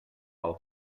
pel